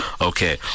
Okay